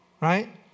right